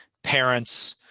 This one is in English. parents,